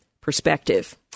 perspective